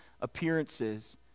appearances